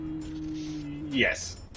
Yes